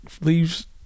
leaves